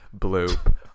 Bloop